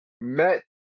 met